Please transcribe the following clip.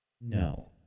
No